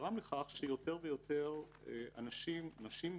גרם לכך שיותר ויותר אנשים, נשים,